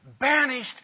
banished